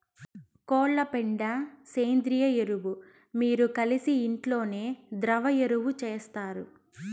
కోళ్ల పెండ సేంద్రియ ఎరువు మీరు కలిసి ఇంట్లోనే ద్రవ ఎరువు చేస్తారు